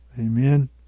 Amen